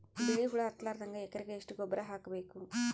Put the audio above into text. ಬಿಳಿ ಹುಳ ಹತ್ತಲಾರದಂಗ ಎಕರೆಗೆ ಎಷ್ಟು ಗೊಬ್ಬರ ಹಾಕ್ ಬೇಕು?